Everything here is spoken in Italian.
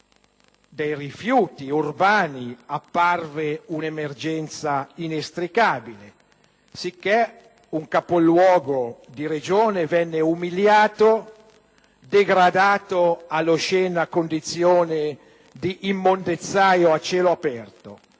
dei rifiuti urbani apparve un'emergenza inestricabile, sicché un capoluogo di Regione venne umiliato, degradato all'oscena condizione di immondezzaio a cielo aperto.